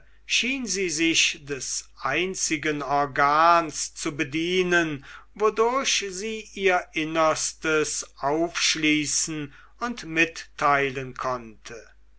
schien sie sich des einzigen organs zu bedienen wodurch sie ihr innerstes auf schließen und mitteilen konnte